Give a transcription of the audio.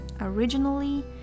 originally